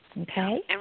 Okay